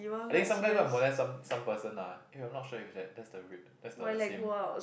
I think some guy go and molest some some person lah eh I'm not sure if that that's the rape that's the same